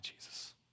Jesus